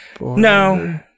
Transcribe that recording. No